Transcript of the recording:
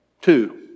Two